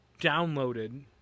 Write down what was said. downloaded